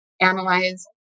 analyze